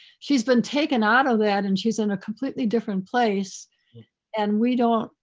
she's been taken out of that and she's in a completely different place and we don't,